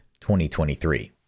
2023